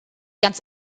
ganz